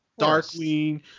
Darkwing